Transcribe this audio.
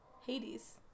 Hades